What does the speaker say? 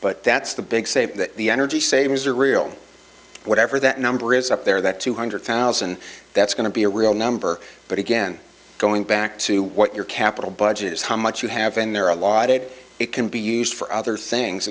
but that's the big save that the energy savings are real whatever that number is up there that two hundred thousand that's going to be a real number but again going back to what your capital budget is how much you have and there are a lot it it can be used for other things